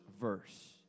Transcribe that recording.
verse